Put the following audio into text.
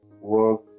work